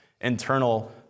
internal